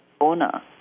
owner